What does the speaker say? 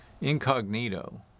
incognito